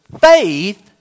faith